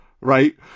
right